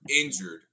injured